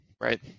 right